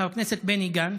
חבר הכנסת בני גנץ,